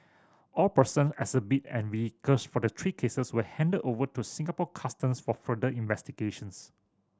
all person exhibit and vehicles for the three cases were handed over to Singapore Customs for further investigations